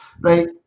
right